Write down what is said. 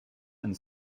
and